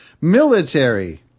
Military